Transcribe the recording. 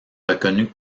reconnu